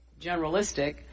generalistic